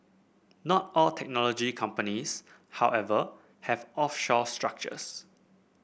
not all technology companies however have offshore structures